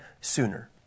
sooner